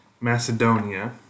Macedonia